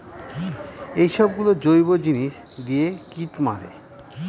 এইসব গুলো জৈব জিনিস দিয়ে কীট মারে